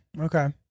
Okay